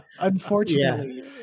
unfortunately